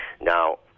Now